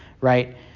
right